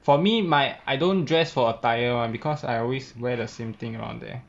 for me my I don't dress for attire [one] because I always wear the same thing around there